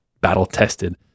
battle-tested